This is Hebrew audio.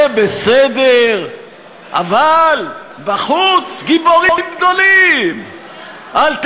זה בסדר, אבל בחוץ, גיבורים גדולים, וגם פה.